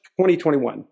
2021